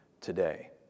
today